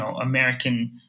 American